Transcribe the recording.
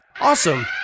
Awesome